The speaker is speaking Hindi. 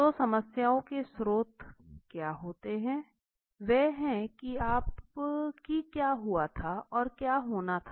तो समस्याओं के स्रोत क्या होते है वह है की क्या हुआ था और क्या होना था